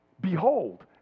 behold